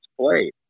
played